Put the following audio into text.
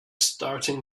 starting